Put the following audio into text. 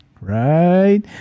right